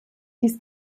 dies